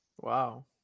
Wow